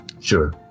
Sure